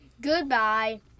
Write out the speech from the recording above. Goodbye